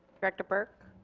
director burke